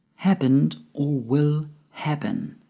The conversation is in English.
happened or will happen.